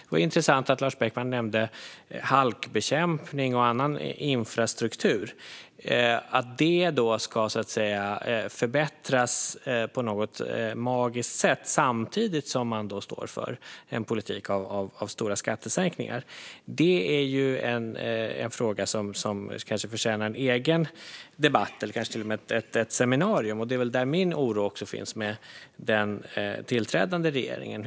Det var intressant att Lars Beckman nämnde halkbekämpning och annan infrastruktur - att det på något magiskt sätt ska förbättras samtidigt som man står för en politik med stora skattesänkningar. Det är en fråga som kanske förtjänar en egen debatt eller till och med ett seminarium. Det är väl också där min oro finns när det gäller den tillträdda regeringen.